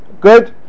good